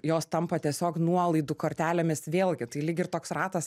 jos tampa tiesiog nuolaidų kortelėmis vėlgi tai lyg ir toks ratas